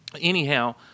Anyhow